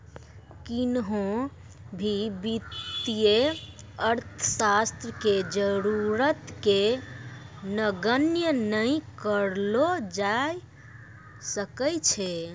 किन्हो भी वित्तीय अर्थशास्त्र के जरूरत के नगण्य नै करलो जाय सकै छै